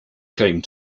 came